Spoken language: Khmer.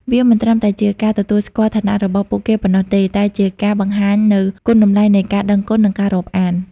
វាមិនត្រឹមតែជាការទទួលស្គាល់ឋានៈរបស់ពួកគេប៉ុណ្ណោះទេ តែជាការបង្ហាញនូវគុណតម្លៃនៃការដឹងគុណ និងការរាប់អាន។។